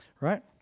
right